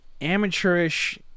amateurish